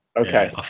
Okay